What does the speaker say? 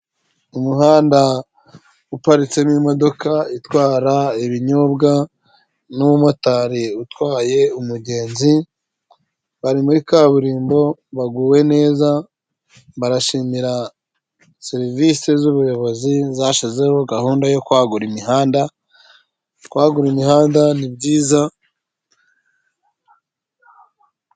Umuhanda uparitsemo imodoka itwara ibinyobwa n'umumotari utwaye umugenzi bari muri kaburimbo baguwe neza barashimira serivisi z'ubuyobozi zashyizeho gahunda yo kwagura imihanda , kwagura imihanda ni byiza.